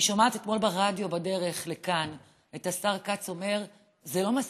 אני שומעת אתמול ברדיו בדרך לכאן את השר כץ אומר: זה לא מספיק,